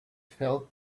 fell